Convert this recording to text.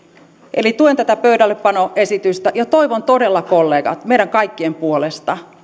eli tuen tätä pöydällepanoesitystä ja toivon todella kollegat meidän kaikkien puolesta